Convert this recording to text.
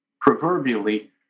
proverbially